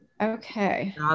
okay